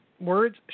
words